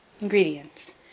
Ingredients